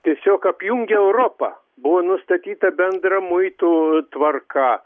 tiesiog apjungia europą buvo nustatyta bendra muitų tvarka